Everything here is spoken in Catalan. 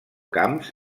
camps